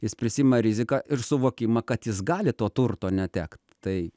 jis prisiima riziką ir suvokimą kad jis gali to turto netekt tai